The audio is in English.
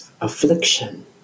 Affliction